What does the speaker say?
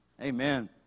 Amen